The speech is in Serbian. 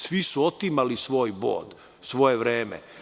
Svi su otimali svoj bod, svoje vreme.